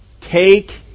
Take